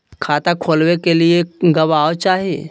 खाता खोलाबे के लिए गवाहों चाही?